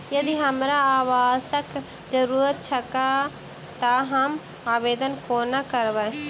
यदि हमरा आवासक जरुरत छैक तऽ हम आवेदन कोना करबै?